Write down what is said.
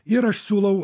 ir aš siūlau